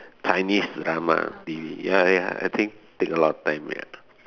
Chinese drama T_V ya ya I think take a lot of time ya